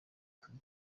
kuri